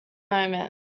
moment